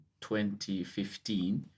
2015